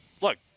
look